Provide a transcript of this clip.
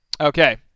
Okay